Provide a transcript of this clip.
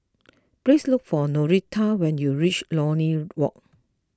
please look for Norita when you reach Lornie Walk